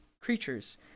creatures